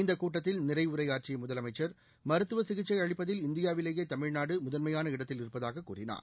இந்த கூட்டத்தில் நிறைவுரை ஆற்றிய முதலமைச்ச் மருத்துவ சிகிச்சை அளிப்பதில் இந்தியாவிலேயே தமிழ்நாடு முதன்மையான இடத்தில் இருப்பதாக கூறினார்